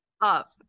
up